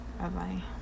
bye-bye